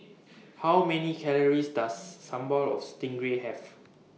How Many Calories Does Sambal of Stingray Have